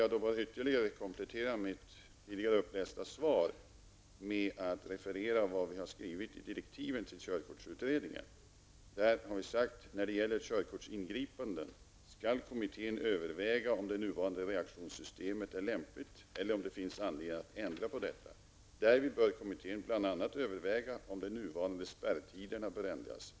Jag vill komplettera mitt svar med att citera vad vi skrivit i direktiven till körkortsutredningen: ''När det gäller körkortsingripanden skall kommittén överväga om det nuvarande reaktionssystemet är lämpligt eller om det finns anledning att ändra på detta. Därvid bör kommittén bl.a. överväga om de nuvarande spärrtiderna bör ändras.